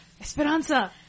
Esperanza